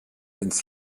ins